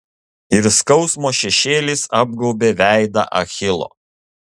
ir skausmo šešėlis apgaubė veidą achilo